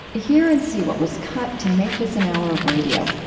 hear and see what was cut to make this an hour of radio.